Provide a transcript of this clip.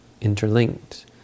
interlinked